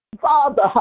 Father